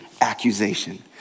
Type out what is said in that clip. accusation